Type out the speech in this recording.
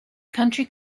country